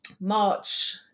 March